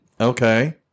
Okay